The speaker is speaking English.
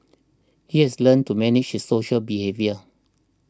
he has learnt to manage social behaviour